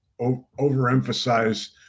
overemphasize